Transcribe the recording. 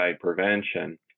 prevention